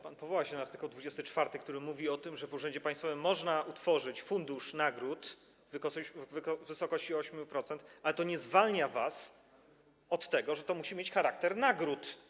Pan powołał się na art. 24, który mówi o tym, że w urzędzie państwowym można utworzyć fundusz nagród w wysokości 8%, ale to nie zwalnia was od tego, że to musi mieć charakter nagród.